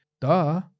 Duh